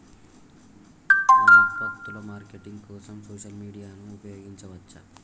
మన ఉత్పత్తుల మార్కెటింగ్ కోసం సోషల్ మీడియాను ఉపయోగించవచ్చా?